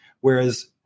Whereas